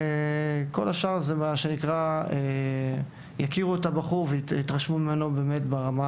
לגבי כל השאר יכירו את המאמן ויתרשמו ממנו ברמה